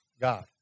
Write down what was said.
God